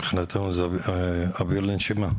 מבחינתנו זה אוויר לנשימה,